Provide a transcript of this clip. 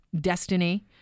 destiny